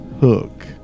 hook